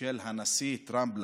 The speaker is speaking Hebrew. לשלום של הנשיא טראמפ,